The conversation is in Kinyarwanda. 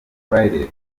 friday